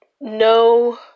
no